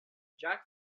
jack